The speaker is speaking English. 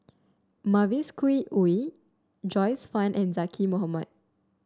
Mavis Khoo Oei Joyce Fan and Zaqy Mohamad